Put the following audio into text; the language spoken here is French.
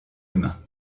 humain